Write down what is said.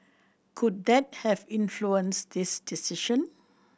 could that have influenced this decision